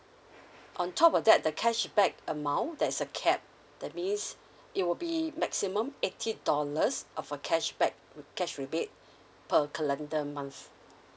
on top of that the cashback amount there's a cap that means it will be maximum eighty dollars of a cashback cash rebate per calendar month